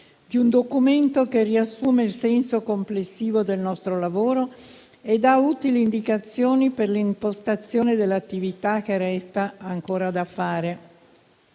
di un documento che riassume il senso complessivo del nostro lavoro e dà utili indicazioni per l'impostazione dell'attività che resta ancora da fare,